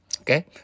Okay